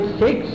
six